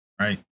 right